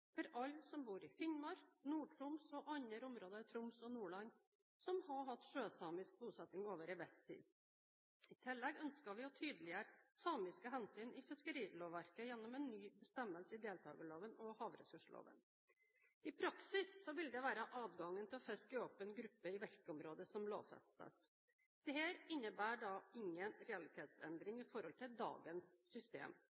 for alle som bor i Finnmark, Nord-Troms og andre områder i Troms og Nordland som har hatt sjøsamisk bosetting over en viss tid. I tillegg ønsker vi å tydeliggjøre samiske hensyn i fiskerilovverket gjennom en ny bestemmelse i deltakerloven og havressursloven. I praksis vil det være adgang til å fiske i åpen gruppe i virkeområdet som lovfestes. Dette innebærer ingen realitetsendring